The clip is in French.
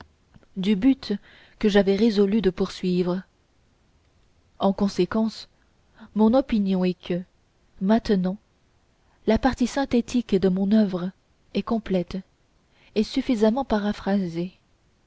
du but que j'avais résolu de poursuivre en conséquence mon opinion est que maintenant la partie synthétique de mon oeuvre est complète et suffisamment paraphrasée